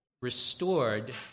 restored